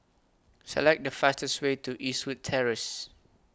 Select The fastest Way to Eastwood Terrace